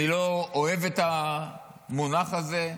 אני לא אוהב את המונח הזה.